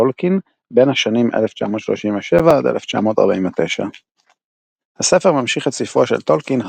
טולקין בין השנים 1937–1949. הספר ממשיך את ספרו של טולקין,